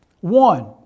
One